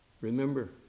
Remember